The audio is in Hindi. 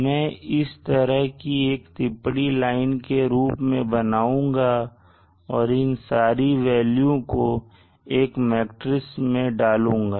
मैं इसे इस तरह की एक टिप्पणी लाइन के रूप में बनाऊंगा और इन सारी वेल्यू को एक मैट्रिक्स में डालूंगा